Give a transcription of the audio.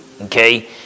Okay